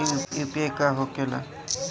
UPI का होके ला?